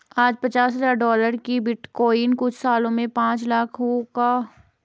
आज पचास हजार डॉलर का बिटकॉइन कुछ सालों में पांच लाख डॉलर का होगा